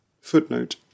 Footnote